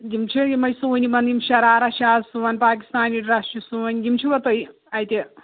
یِم چھِ یِمٕے سُوٕنۍ یِمَن یِم شَرارا چھِ آز سُوان پاکِستانی ڈرٛس چھِ سُوان یِم چھُوا تۄہہِ اَتہِ